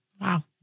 Wow